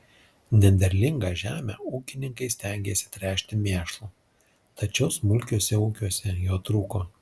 nederlingą žemę ūkininkai stengėsi tręšti mėšlu tačiau smulkiuose ūkiuose jo trūko